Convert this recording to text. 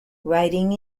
writing